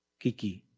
kiki,